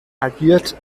agiert